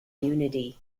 unity